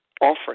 offering